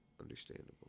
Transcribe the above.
Understandable